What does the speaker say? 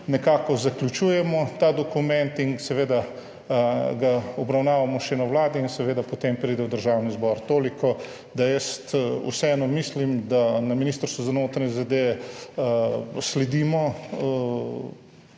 nekako zaključujemo ta dokument, ga obravnavamo še na Vladi in seveda potem pride v Državni zbor. Toliko. Vseeno mislim, da na Ministrstvu za notranje zadeve sledimo